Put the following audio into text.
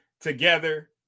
together